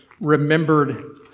remembered